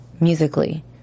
musically